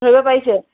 ধৰিব পাৰিছে